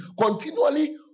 continually